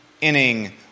inning